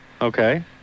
okay